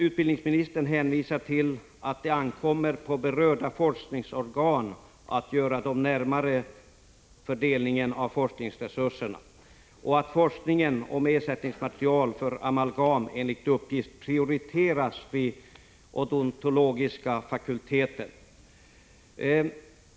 Utbildningsministern hänvisar till att det ankommer på berörda forskningsorgan att göra den närmare fördelningen av forskningsresurserna och att forskningen om ersättningsmaterial för amalgam enligt uppgift prioriteras vid odontologiska fakulteten.